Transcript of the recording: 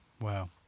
Wow